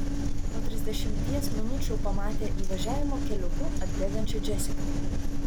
po trisdešimties minučių pamatė įvažiavimo keliuku atbėgančią džesiką